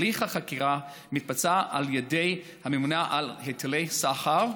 הליך החקירה מתבצע על ידי הממונה על היטלי סחר,